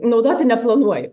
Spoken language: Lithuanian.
naudoti neplanuoju